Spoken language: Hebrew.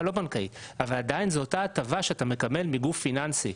לא בנקאית אבל עדיין זו אותה הטבה שאתה מקבל מגוף פיננסי.